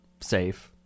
safe